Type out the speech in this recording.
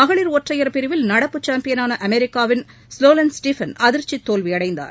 மகளிர் ஒற்றையர் பிரிவில் நடப்பு சாம்பியனான அமெரிக்காவின் ஸ்லோலென் ஸ்டீபன் அதிர்ச்சி தோல்வியடைந்தார்